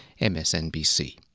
MSNBC